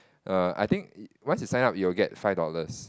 err I think once you sign up you'll get five dollars